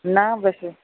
न बसि